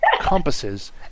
compasses